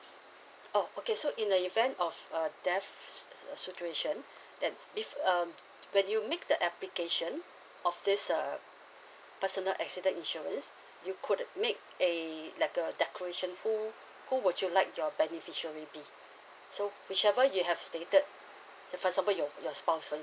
oh okay so in the event of uh deaf uh situation then with um when you make the application of this uh personal accident insurance you could make a like a declaration who who would you like your beneficiary be so whichever you have stated so for example your your spouse